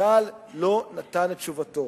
צה"ל לא נתן את תשובתו.